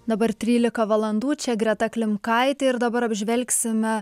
dabar trylika valandų čia greta klimkaitė ir dabar apžvelgsime